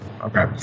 Okay